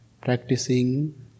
Practicing